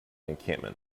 encampment